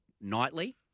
nightly